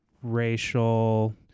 racial